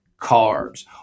carbs